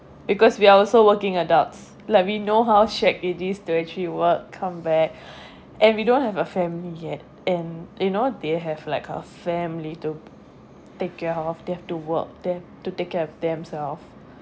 because we are also working adults like we know how shag it is to actually work come back and we don't have a family yet and you know they have like a family to take care of they have to work they have to take care of themselves